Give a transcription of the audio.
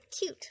cute